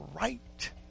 right